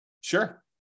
Sure